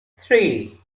three